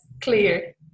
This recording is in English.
clear